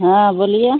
हाँ बोलिए